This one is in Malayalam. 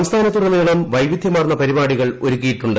സംസ്ഥാനത്തുടനീളം വൈവിധ്യമാർന്ന പരിപാടികൾ ഒരുക്കിയിട്ടുണ്ട്